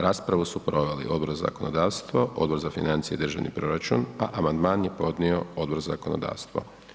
Raspravu su proveli Odbor za zakonodavstvo, Odbor za financije i državni proračun, a amandman je podnio Odbor za zakonodavstvo.